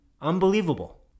Unbelievable